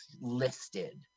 listed